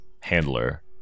handler